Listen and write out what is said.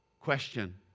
question